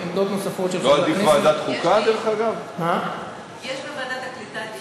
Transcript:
זה לוועדת העלייה והקליטה.